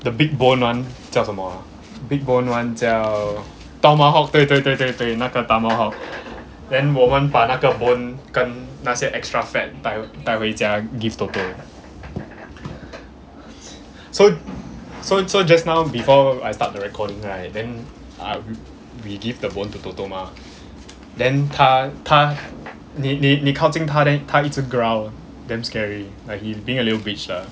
the big bone one 叫什么 big bone one 叫 tomahawk 对对对对对那个 tomahawk then 我们把那个 bone 跟那些 extra fat 带带回家 give toto so so so just now before I start recording right then we give the phone to toto mah then 他他你你你靠近他 then 他一直 growl damn scary like he being a little bitch lah